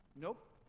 nope